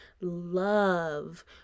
love